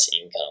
income